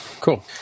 Cool